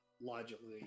Logically